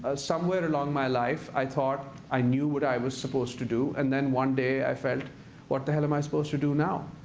ah somewhere along my life i thought i knew what i was supposed to do, and then one day i felt what the hell am i supposed to do now?